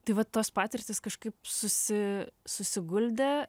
tai vat tos patirtys kažkaip susi susiguldė